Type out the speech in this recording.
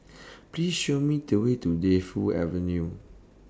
Please Show Me The Way to Defu Avenue